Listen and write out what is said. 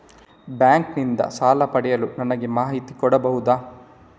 Bank ನಿಂದ ಸಾಲ ಪಡೆಯಲು ನನಗೆ ಮಾಹಿತಿ ಕೊಡಬಹುದ?